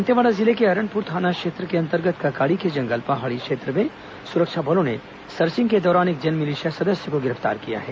दंतेवाड़ा जिले के अरनपुर थाना के अंतर्गत ककाड़ी के जंगल पहाड़ी क्षेत्र से सुरक्षा बलों ने सर्चिंग के दौरान एक जनमिलिशिया सदस्य को गिरफ्तार किया है